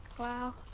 wow.